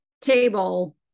table